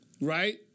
right